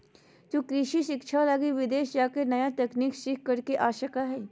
तु कृषि शिक्षा लगी विदेश जाके नया तकनीक सीख कर आ सका हीं